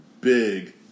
big